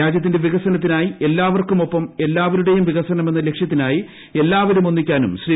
രാജ്യത്തിന്റെ വികസനത്തിനായി എല്ലാവർക്കും ഒപ്പം എല്ലാവരുടെയും വികസനം എന്ന ലക്ഷ്യത്തിനായി എല്ലാവരും ഒന്നിക്കാനും ശ്രീ